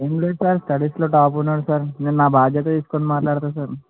ఏమి లేదు సార్ స్టడీస్లో టాప్ ఉన్నాడు సార్ నేను నా బాధ్యత తీసుకుని మాట్లాడుతా సార్